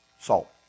salt